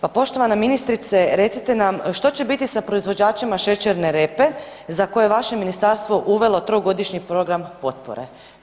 Pa poštovana ministrice recite nam što će biti sa proizvođačima šećerne repe za koje je vaše ministarstvo uvelo trogodišnji program potpore.